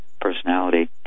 personality